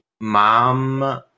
Mom